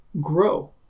grow